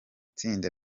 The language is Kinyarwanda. tsinda